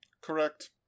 Correct